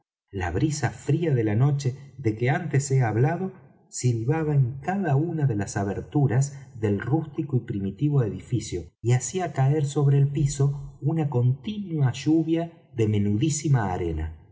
la brisa fría de la noche de que antes he hablado silbaba en cada una de las aberturas del rústico y primitivo edificio y hacía caer sobre el piso una continua lluvia de menudísima arena